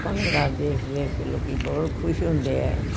ਭੰਗੜਾ ਦੇਖ ਦੇਖ ਕੇ ਲੋਕ ਬਹੁਤ ਖੁਸ਼ ਹੁੰਦੇ ਹੈ